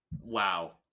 wow